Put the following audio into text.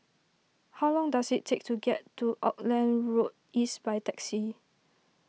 how long does it take to get to Auckland Road East by taxi